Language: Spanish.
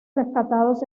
rescatados